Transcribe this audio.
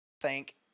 Thank